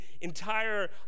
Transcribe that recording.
entire